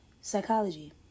psychology